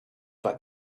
but